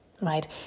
right